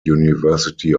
university